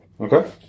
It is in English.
Okay